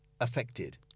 affected